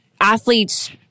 athletes